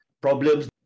problems